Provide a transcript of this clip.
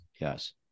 Yes